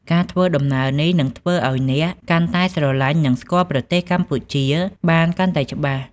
ការធ្វើដំណើរនេះនឹងធ្វើឱ្យអ្នកកាន់តែស្រលាញ់និងស្គាល់ប្រទេសកម្ពុជាបានកាន់តែច្បាស់។